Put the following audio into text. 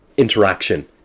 Interaction